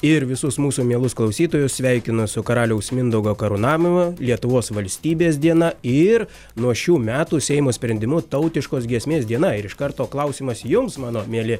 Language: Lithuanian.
ir visus mūsų mielus klausytojus sveikinu su karaliaus mindaugo karūnamimu lietuvos valstybės diena ir nuo šių metų seimo sprendimu tautiškos giesmės diena ir iš karto klausimas jums mano mieli